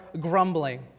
grumbling